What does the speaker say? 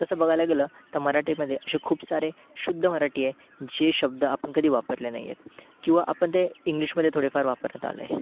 तसं बघायला गेलं तर मराठीमध्ये असे खूप सारे शुद्ध मराठी आहे जे शब्द आपण कधी वापरले नाही आहेत किंवा आपण ते इंग्लिशमध्ये थोडेफार वापरण्यात आलं आहे